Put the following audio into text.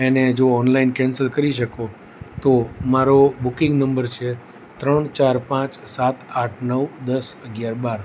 એને જો online cancel કરી શકો તો મારો બુકિંગ નંબર છે ત્રણ ચાર પાંચ સાત આઠ નવ દસ અગિયાર બાર